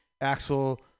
Axel